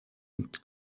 and